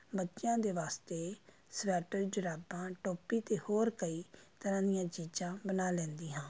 ਬੱਚਿਆਂ ਦੇ ਵਾਸਤੇ ਸਵੈਟਰ ਜੁਰਾਬਾਂ ਟੋਪੀ ਅਤੇ ਹੋਰ ਕਈ ਤਰ੍ਹਾਂ ਦੀਆਂ ਚੀਜ਼ਾਂ ਬਣਾ ਲੈਂਦੀ ਹਾਂ